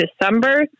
December